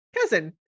Cousin